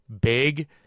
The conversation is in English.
big